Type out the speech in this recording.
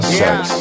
Sex